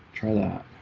try that